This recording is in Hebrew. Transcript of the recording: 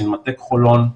סינמטק חולון,